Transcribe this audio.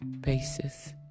basis